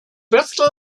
bristol